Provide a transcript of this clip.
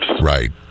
Right